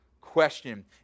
question